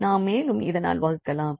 நாம் மேலும் இதனால் வகுக்கலாம்